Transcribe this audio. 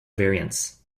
variants